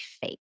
fake